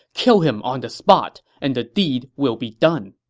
kill him on the spot, and the deed will be done.